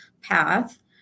path